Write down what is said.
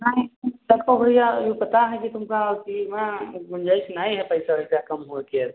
नहीं देखो भैया यो पता है कि तुमका कि हुआँ गुंजाइश नाई है पैसा ओइसा कम होए के अब